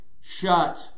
Shut